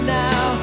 now